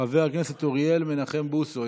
חבר הכנסת אוריאל מנחם בוסו,